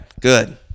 good